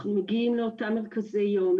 אנחנו מגיעים לאותם מרכזי יום,